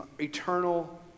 eternal